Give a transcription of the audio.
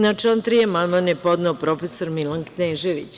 Na član 3. amandman je podneo prof. Milan Knežević.